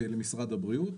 למשרד הבריאות,